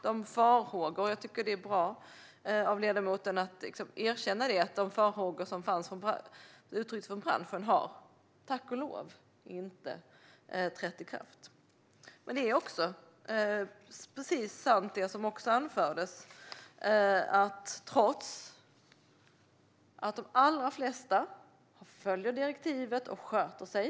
De farhågor som uttryckts från branschen har tack och lov inte besannats - jag tycker att det är bra av ledamoten att erkänna det. Men även något annat som anfördes är sant. De allra flesta följer direktivet och sköter sig.